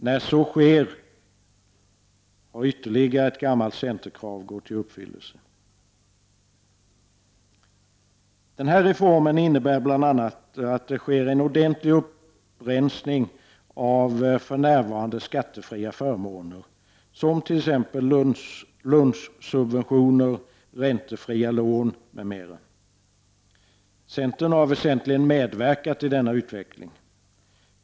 När så sker, har ytterligare ett gammalt centerkrav gått i uppfyllelse. Den här reformen innebär att det sker en ordentlig upprensning bland för närvarande skattefria förmåner, t.ex. lunchsubventioner och räntefria lån. Centern har väsentligen medverkat i denna utveckling.